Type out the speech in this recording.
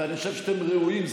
ואני חושב שאתם ראויים.